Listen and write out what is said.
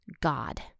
God